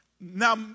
Now